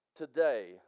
Today